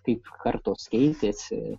kaip kartos keitėsi